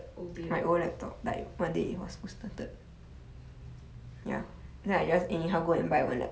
oh dear